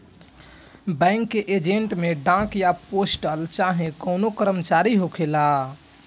bank के agent में डाक या पोस्टल चाहे कवनो कर्मचारी होखेला